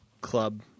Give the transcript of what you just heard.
club